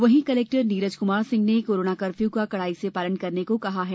वहीं कलेक्टर नीरज कुमार सिंह ने corona curfew का कड़ाई से पालन करने को कहा है